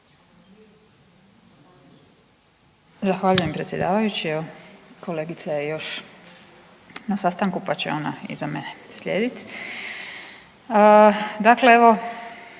Zahvaljujem predsjedavajući. Evo kolegica je još na sastanku, pa će ona iza mene slijedit. Dakle evo